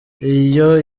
iyo